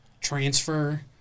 transfer